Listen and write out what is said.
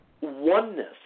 oneness